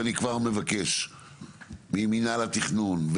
אני כבר מבקש ממינהל התכנון,